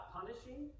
punishing